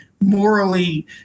morally